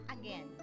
again